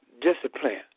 discipline